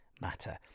matter